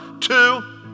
Two